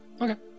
Okay